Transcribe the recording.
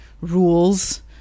rules